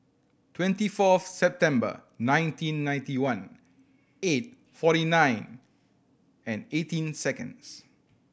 twenty fourth September nineteen ninety one eight forty nine and eighteen seconds